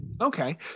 Okay